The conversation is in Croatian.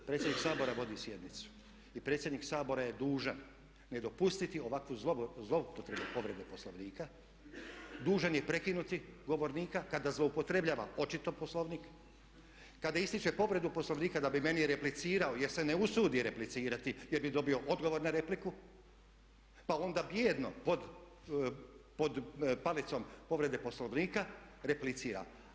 Predsjednik Sabora vodi sjednicu i predsjednik Sabora je dužan ne dopustiti ovakvu zloupotrebu povrede Poslovnika, dužan je prekinuti govornika kada zloupotrebljava očito Poslovnik, kada ističe povredu Poslovnika da bi meni replicirao jer se ne usudi replicirati, jer bi dobio odgovor na repliku, pa onda bijedno pod palicom povrede Poslovnika replicira.